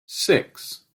six